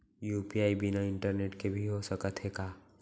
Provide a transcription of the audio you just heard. UPI बिना internet के भी हो सकत हे का?